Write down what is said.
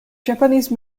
japanese